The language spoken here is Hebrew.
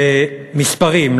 במספרים,